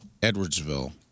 Edwardsville